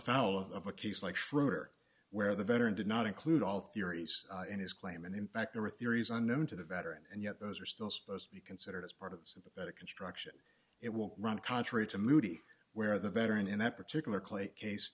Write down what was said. afoul of a case like schroeder where the veteran did not include all theories in his claim and in fact there were theories unknown to the veteran and yet those are still supposed to be considered as part of the construction it will run contrary to moody where the veteran in that particular clay case